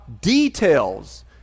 details